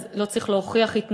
אז לא צריך להוכיח התנגדות?